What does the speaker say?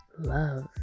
love